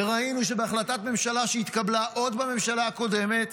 וראינו שבהחלטת ממשלה שהתקבלה עוד בממשלה הקודמת